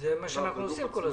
זה מה שאנחנו עושים כל הזמן.